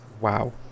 Wow